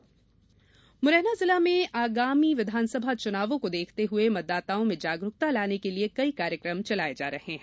मतदाता जागरूकता मुरैना जिला में आगामी विधानसभा चुनावों को देखते हुए मतदाताओं में जागरुकता लाने के ॅलिए कई कार्यक्रम चलाए जा रहे हैं